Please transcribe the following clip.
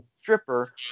stripper